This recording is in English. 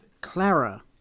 Clara